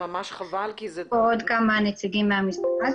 ויש פה עוד כמה נציגים מהמשרד.